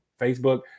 facebook